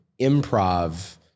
improv